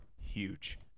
huge